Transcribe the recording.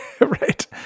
right